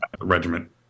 regiment